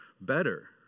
better